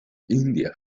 india